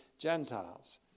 Gentiles